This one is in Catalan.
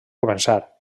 començar